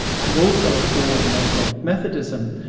and also a form later on of methodism,